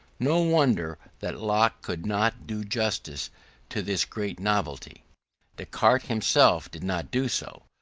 no wonder that locke could not do justice to this great novelty descartes himself did not do so,